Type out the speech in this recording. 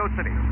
City